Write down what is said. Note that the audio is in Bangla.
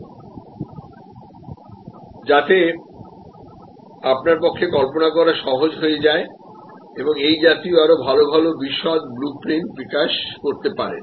সুতরাং যাতে আপনার পক্ষে কল্পনা করা সহজ হয়ে যায় এবং এই জাতীয় আরও ভাল ভাল বিশদ ব্লু প্রিন্ট বিকাশ করতে পারেন